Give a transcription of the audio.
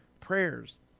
prayers